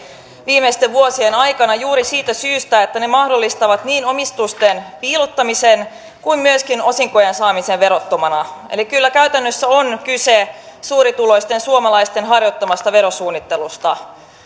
viimeisten vuosien aikana juuri siitä syystä että ne mahdollistavat niin omistusten piilottamisen kuin myöskin osinkojen saamisen verottomana eli kyllä käytännössä on kyse suurituloisten suomalaisten harjoittamasta verosuunnittelusta